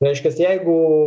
reiškias jeigu